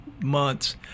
months